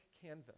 canvas